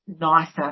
nicer